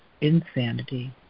insanity